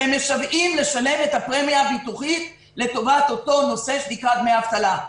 הם משוועים לשלם את הפרמיה הביטוחית לטובת אותו נושא שנקרא "דמי אבטלה".